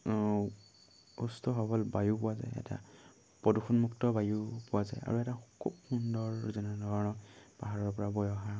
সুস্থ সৱল বায়ু পোৱা যায় এটা প্ৰদূষণমুক্ত বায়ু পোৱা যায় আৰু এটা খুব সুন্দৰ যেনে ধৰক পাহাৰৰ পৰা বৈ অহা